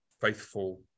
faithful